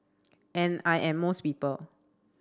and I am most people